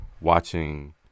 watching